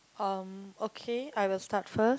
um okay I will start first